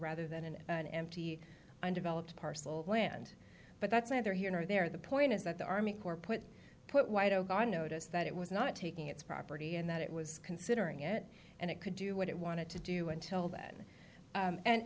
rather than an empty undeveloped parcel of land but that's neither here nor there the point is that the army corps put put white ogaden notice that it was not taking its property and that it was considering it and it could do what it wanted to do until th